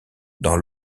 dans